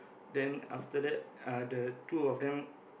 then after that uh the two of them